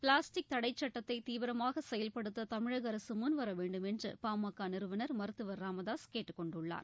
plastic தடைச் சட்டத்தை தீவிரமாக செயல்படுத்த தமிழக அரசு முன்வர வேண்டும் என்று பாமக நிறுவனர் மருத்துவர் ச ராமதாசு கேட்டுக் கொண்டுள்ளார்